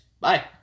Bye